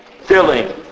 filling